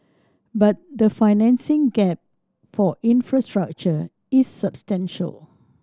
but the financing gap for infrastructure is substantial